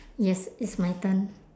yes it's my turn